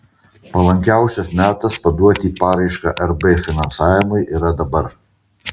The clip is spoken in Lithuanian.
palankiausias metas paduoti paraišką rb finansavimui yra dabar